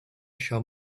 shall